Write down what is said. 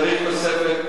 צריך תוספת